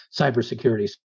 cybersecurity